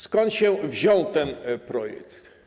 Skąd się wziął ten projekt?